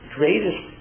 greatest